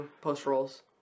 post-rolls